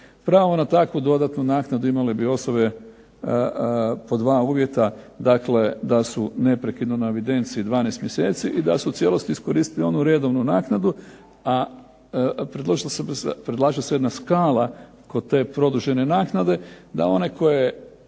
Pravo na takvu dodatnu naknadu imale bi osobe pod dva uvjeta, dakle da su neprekidno na evidenciji 12 mjeseci, i da su u cijelosti iskoristili onu redovnu naknadu, a predlaže se jedna skala kod te produžene naknade, da onaj koji